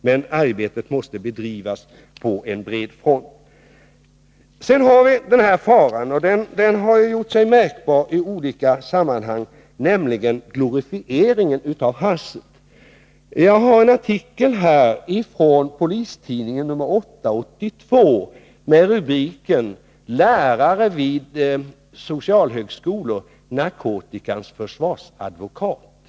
Men arbetet måste bedrivas på en bred front. Sedan har vi en fara som har gjort sig märkbar i olika sammanhang, nämligen glorifiering av haschet. Jag har här en artikel från Polistidningen nr 8 för 1982 med rubriken Lärare vid socialhögskolor narkotikans försvarsadvokat.